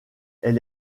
elle